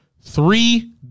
three